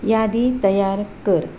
यादी तयार कर